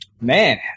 Man